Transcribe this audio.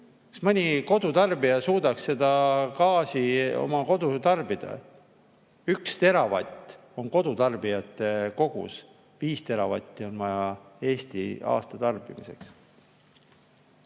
mõni kodutarbija suudaks seda gaasi oma kodus tarbida? 1 teravatt on kodutarbijate kogus, 5 teravatti on vaja Eesti aastatarbimiseks. Räägime